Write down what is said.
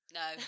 no